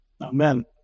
Amen